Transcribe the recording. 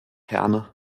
herne